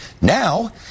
Now